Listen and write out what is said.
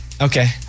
Okay